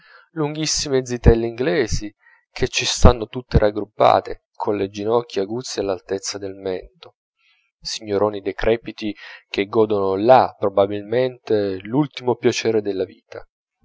lunghissime zitelle inglesi che ci stanno tutte raggruppate colle ginocchia aguzze all'altezza del mento signoroni decrepiti che godono là probabilmente l'ultimo piacere della vita